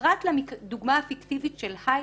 פרט לדוגמה פיקטיבית של היילו,